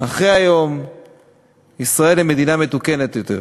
אחרי היום ישראל היא מדינה מתוקנת יותר.